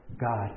God